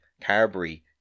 Carberry